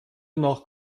nach